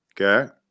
Okay